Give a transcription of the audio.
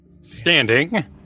standing